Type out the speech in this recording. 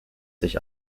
sich